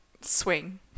swing